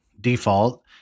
default